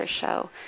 show